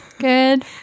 Good